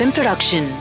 Production